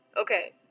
Okay